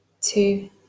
two